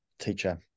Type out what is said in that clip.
teacher